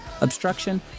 obstruction